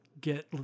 get